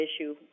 issue